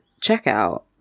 checkout